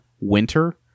winter